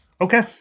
okay